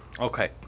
Okay